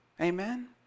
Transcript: amen